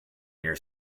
near